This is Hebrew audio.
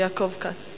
יעקב כץ.